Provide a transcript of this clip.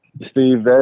Steve